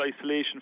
isolation